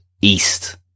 east